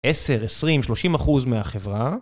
10, 20, 30 אחוז מהחברה.